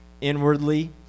inwardly